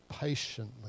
patiently